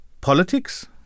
politics